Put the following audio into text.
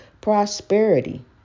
Prosperity